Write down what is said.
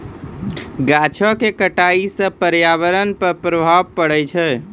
गाछो क कटाई सँ पर्यावरण पर प्रभाव पड़ै छै